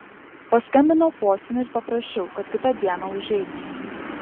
paskambinau posūniui ir paprašiau kad kitą dieną užeitų